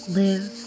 live